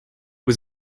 was